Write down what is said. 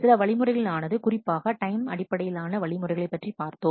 சில வழிமுறைகள் ஆனது குறிப்பாக நாம் டைம் அடிப்படையிலான வழிமுறைகளைப் பற்றி பார்த்தோம்